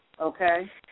okay